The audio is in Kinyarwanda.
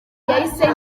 yahise